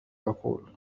أقول